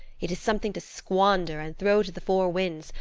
it is something to squander and throw to the four winds,